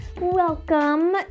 Welcome